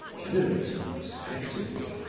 generating, respectively,